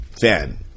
fan